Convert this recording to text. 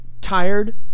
tired